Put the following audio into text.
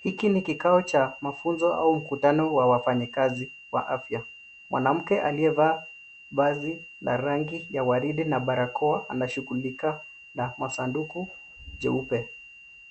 Hiki ni kikao cha mafunzo au mkutano wa wafanyikazi wa afya. Mwanamke aliyevaa vazi la rangi ya ua ridi na barakoa anashughulika na masanduku jeupe